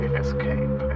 escape